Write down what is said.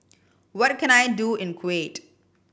what can I do in Kuwait